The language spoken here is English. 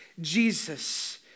Jesus